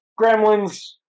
Gremlins